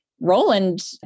Roland